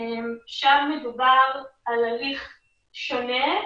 שם מדובר על הליך שונה.